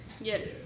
Yes